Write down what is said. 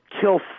kill